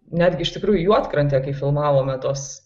netgi iš tikrųjų juodkrantė kai filmavome tuos